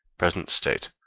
present state,